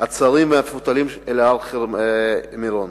הצרים והמפותלים של הר-מירון.